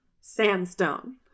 sandstone